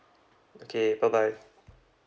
okay bye bye